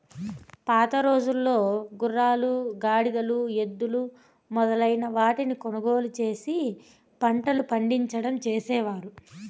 పాతరోజుల్లో గుర్రాలు, గాడిదలు, ఎద్దులు మొదలైన వాటిని కొనుగోలు చేసి పంటలు పండించడం చేసేవారు